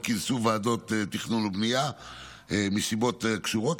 לא כינסו ועדות תכנון ובנייה מסיבות שקשורות